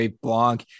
Blog